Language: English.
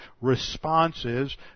responses